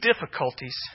difficulties